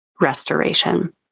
restoration